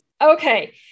Okay